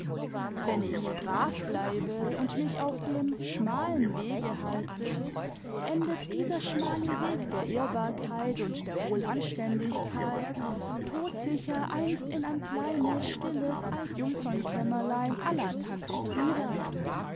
wenn ich brav bleibe xmd mich auf dem schmalen wege halte endet dieser schmale weg der ehrbarkeit und der wohlanständigkeit todsicher einst in ein kleines stilles altjungfemkämmerlein k la tante frieda